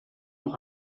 nog